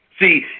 See